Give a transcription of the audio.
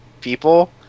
people